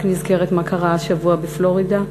אני רק נזכרת מה קרה השבוע בפלורידה.